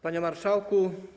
Panie Marszałku!